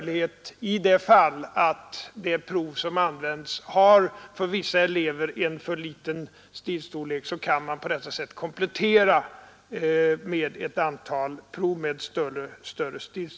I de fall då prov som används har för liten stilstorlek finns det alltså möjligheter att komplettera med ett antal prov med större stil.